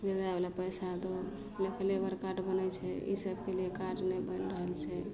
वृद्धावला पैसा दो लेकिन लेबर कार्ड बनय छै ई सबके लिये कार्ड नहि बनि रहल छै